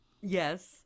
Yes